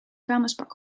vuilnisbak